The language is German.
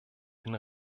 den